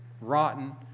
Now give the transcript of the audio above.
rotten